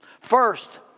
First